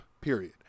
period